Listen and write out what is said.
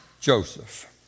Joseph